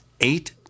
eight